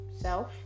self